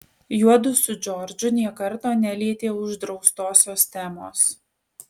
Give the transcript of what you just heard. juodu su džordžu nė karto nelietė uždraustosios temos